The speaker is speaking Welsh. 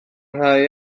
rhai